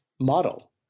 model